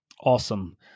Awesome